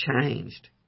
changed